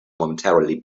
momentarily